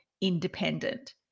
independent